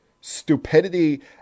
stupidity